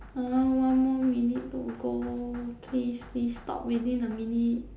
!huh! one more minute to go please please stop within a minute